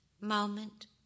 moment